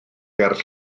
ger